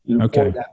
Okay